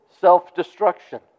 self-destruction